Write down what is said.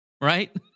right